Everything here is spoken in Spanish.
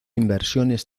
inversiones